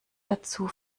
dazu